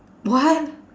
what